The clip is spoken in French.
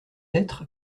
être